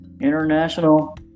international